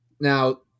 Now